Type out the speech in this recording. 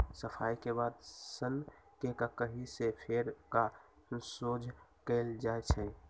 सफाई के बाद सन्न के ककहि से फेर कऽ सोझ कएल जाइ छइ